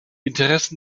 interessen